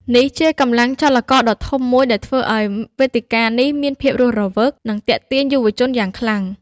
នេះជាកម្លាំងចលករដ៏ធំមួយដែលធ្វើឱ្យវេទិកានេះមានភាពរស់រវើក និងទាក់ទាញយុវជនយ៉ាងខ្លាំង។